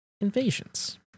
invasions